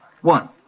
One